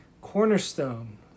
cornerstone